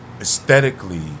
aesthetically